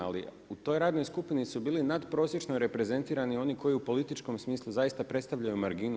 Ali u toj radnoj skupini su bili nadprosječno reprezentirani oni koji u političkom smislu zaista predstavljaju marginu.